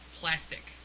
Plastic